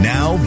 Now